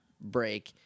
break